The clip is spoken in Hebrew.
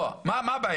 לא, מה הבעיה?